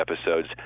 episodes